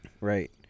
Right